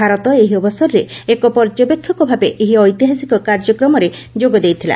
ଭାରତ ଏହି ଅବସରରେ ଏକ ପର୍ଯ୍ୟବେକ୍ଷକ ଭାବେ ଏହି ଐତିହାସିକ କାର୍ଯ୍ୟକ୍ରମରେ ଯୋଗ ଦେଇଥିଲା